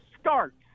starts